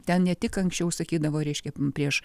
ten ne tik anksčiau sakydavo reiškia prieš